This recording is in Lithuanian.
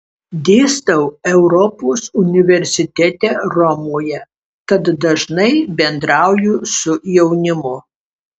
dėstau europos universitete romoje tad dažnai bendrauju su jaunimu